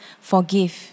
forgive